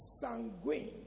sanguine